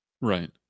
Right